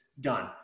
done